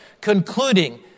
concluding